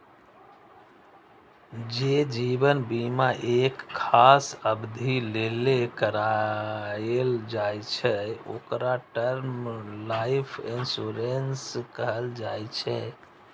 जे जीवन बीमा एक खास अवधि लेल कराएल जाइ छै, ओकरा टर्म लाइफ इंश्योरेंस कहल जाइ छै